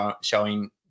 showing